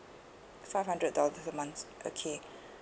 five hundred dollars a month okay